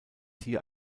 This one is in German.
hier